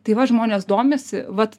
tai va žmonės domisi vat